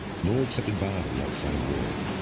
nor accepted by the outside world.